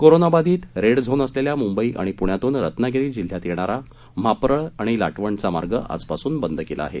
कोरोनाबाधित red zone असलेल्या मुंबई आणि पूण्यातून रत्नागिरी जिल्ह्यात येणारा म्हाप्रळ आणि लाटवणचा मार्ग आजपासून बंद केला आहे